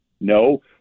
No